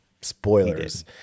Spoilers